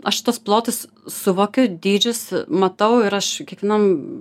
aš tuos plotus suvokiu dydžius matau ir aš kiekvienam